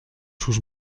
sus